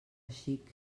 xic